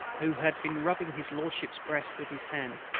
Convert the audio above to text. who had been rubbing his lordship's breast with his hand,